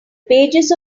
pages